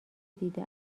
دیده